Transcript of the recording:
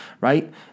right